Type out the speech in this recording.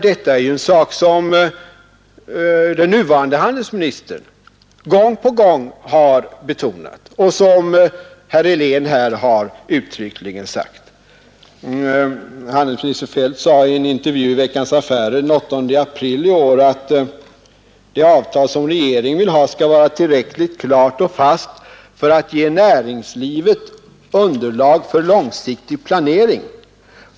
Detta är ju en sak som den nuvarande handelsministern gång på gång har betonat och något som herr Helén här uttryckligen sagt. Handelsminister Feldt sade i en intervju i Veckans Affärer den 8 april i år att det avtal som regeringen vill ha skall vara tillräckligt klart och fast för att ge näringslivet underlag för långsiktig planering.